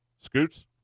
Scoots